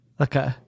Okay